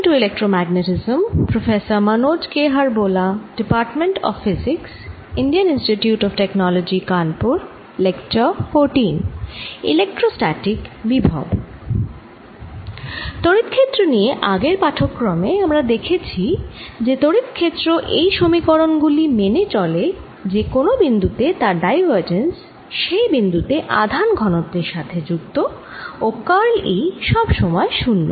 তড়িৎ ক্ষেত্র নিয়ে আগের পাঠক্রমে আমরা দেখেছি যে তড়িৎ ক্ষেত্র এই সমীকরণ গুলি মেনে চলে যে কোন বিন্দু তে তার ডাইভারজেন্স সেই বিন্দু তে আধান ঘনত্বের সাথে যুক্ত ও কার্ল E সব সময় শুন্য